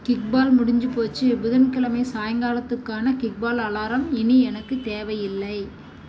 kickball முடிஞ்சு போச்சு புதன்கிழமை சாயங்காலத்துக்கான கிக்பால் அலாரம் இனி எனக்குத் தேவையில்லை